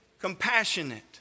compassionate